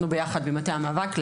אנחנו ביחד במטה המאבק.